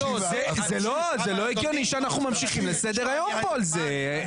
זה לא הגיוני שאנחנו ממשיכים בסדר היום פה על זה.